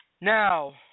Now